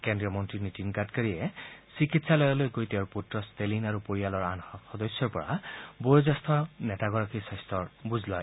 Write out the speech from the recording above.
কেন্দ্ৰীয় মন্ত্ৰী নীতিন গাডকাৰীয়ে চিকিৎসালয়লৈ গৈ তেওঁৰ পুত্ৰ ষ্টেলিন আৰু পৰিয়ালৰ আন আন সদস্যৰ পৰা বয়োজ্যেষ্ঠ নেতাগৰাকীৰ স্বাস্থ্যৰ বুজ লয়